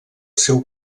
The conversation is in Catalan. seu